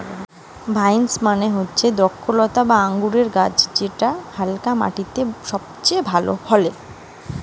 vines মানে হতিছে দ্রক্ষলতা বা আঙুরের গাছ যেটা হালকা মাটিতে সবচে ভালো ফলে